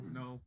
no